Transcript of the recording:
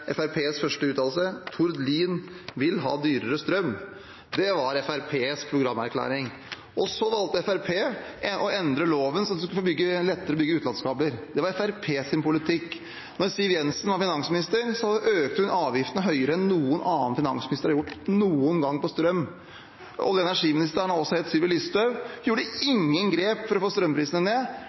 programerklæring. Så valgte Fremskrittspartiet å endre loven slik at det skulle være lettere å få bygget utenlandskabler. Det var Fremskrittspartiets politikk. Da Siv Jensen var finansminister, økte hun avgiftene mer enn noen annen finansminister har gjort noen gang når det gjelder strøm. Olje- og energiministeren har også hett Sylvi Listhaug. Hun tok ingen grep for å få strømprisene ned,